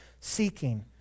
seeking